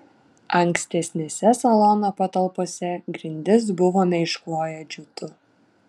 ankstesnėse salono patalpose grindis buvome iškloję džiutu